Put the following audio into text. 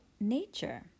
nature